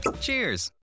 Cheers